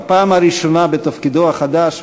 בפעם הראשונה בתפקידו החדש,